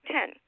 Ten